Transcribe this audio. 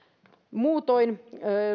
muutoin